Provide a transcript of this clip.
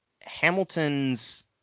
Hamilton's –